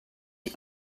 die